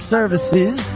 Services